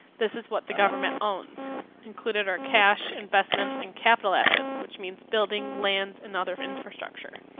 this is what the government owns included our cash, investments, and capital assets, which means building land and other infrastructure.